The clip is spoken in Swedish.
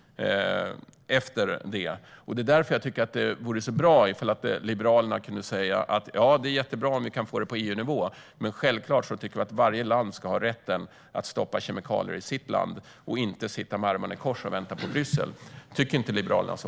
Det är därför jag tycker att det vore bra om Liberalerna kunde säga: Det är jättebra om vi kan få det på EU-nivå, men självklart tycker vi att varje land ska ha rätten att stoppa kemikalier i sitt land och inte behöva sitta med armarna i kors och vänta på Bryssel. Tycker inte Liberalerna så?